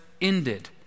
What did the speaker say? ended